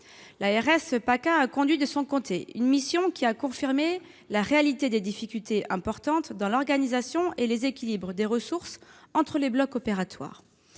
d'Azur, a conduit de son côté une mission qui a confirmé la réalité de difficultés importantes en matière d'organisation et d'équilibre des ressources entre les blocs opératoires.